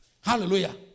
hallelujah